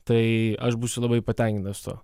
tai aš būsiu labai patenkintas tuo